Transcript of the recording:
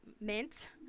mint